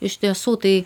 iš tiesų tai